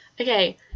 okay